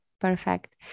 Perfect